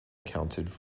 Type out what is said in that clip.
accounted